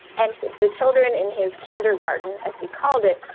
and the children in his kindergarten, as he called it,